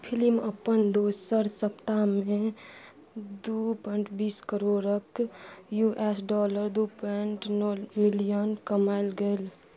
film अपन दोसर सप्ताहमे दुइ प्वाइन्ट बीस करोड़के यू एस डॉलर दुइ प्वाइन्ट नओ मिलिअन कमाएल गेल